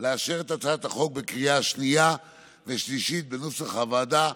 לאשר את הצעת החוק בקריאה השנייה והשלישית כנוסח הוועדה.